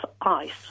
ice